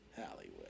hollywood